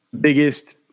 biggest –